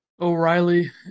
O'Reilly